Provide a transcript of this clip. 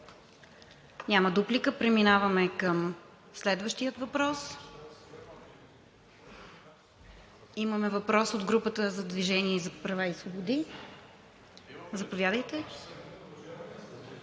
Няма дуплика. Преминаваме към следващия въпрос. Има въпрос от групата на „Движението за права и свободи“ – заповядайте.